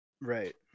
Right